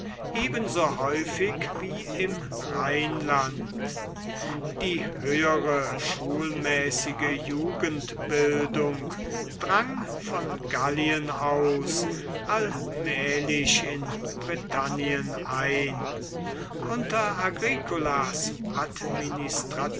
ebenso häufig wie im rheinland die höhere schulmäßige jugendbildung drang von gallien aus allmählich in britannien ein unter agricolas